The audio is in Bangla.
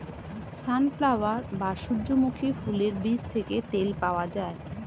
সানফ্লাওয়ার বা সূর্যমুখী ফুলের বীজ থেকে তেল পাওয়া যায়